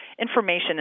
Information